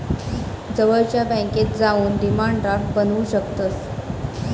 जवळच्या बॅन्केत जाऊन डिमांड ड्राफ्ट बनवू शकतंस